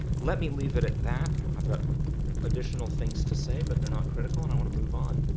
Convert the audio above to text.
let me leave it at that. i've got additional things to say but they're not critical and i want to move on.